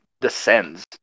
Descends